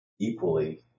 equally